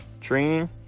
training